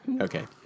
Okay